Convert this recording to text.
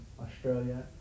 Australia